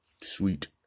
sweet